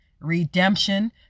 Redemption